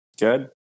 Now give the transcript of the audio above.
Good